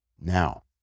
Now